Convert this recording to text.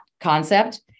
concept